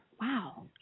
Wow